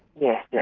yes, yeah